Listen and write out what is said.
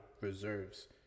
reserves